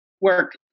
work